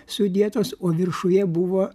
sudėtos o viršuje buvo